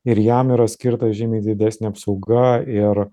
ir jam yra skirta žymiai didesnė apsauga ir